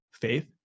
faith